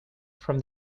from